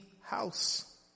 house